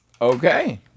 Okay